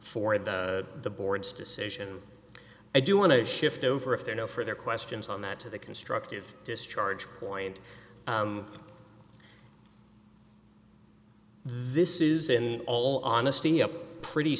for the the board's decision i do want to shift over if there are no further questions on that to the constructive discharge point this is in all honesty up a pretty